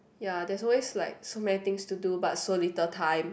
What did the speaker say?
ya there's also like so many things to do but so little time